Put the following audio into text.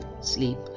sleep